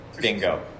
Bingo